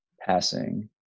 passing